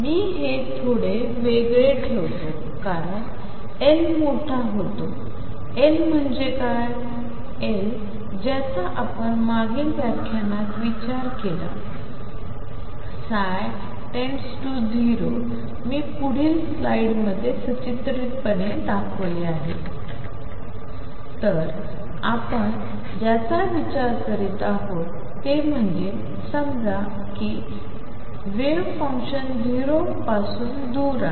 मी हे थोडे वेगळे ठेवतो कारण एल मोठा होतो एल म्हणजे काय एल ज्याचा आपण मागील व्याख्यानात विचार केला ψ→0मी पुढील स्लाईडमध्ये हे सचित्रपणे दाखवेल तर आपण ज्याचा विचार करत आहोत ते म्हणजे समजा की वेव्ह फंक्शन 0 पासून दूर आहे